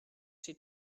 she